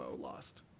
lost